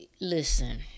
listen